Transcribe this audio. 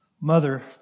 mother